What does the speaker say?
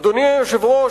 אדוני היושב-ראש,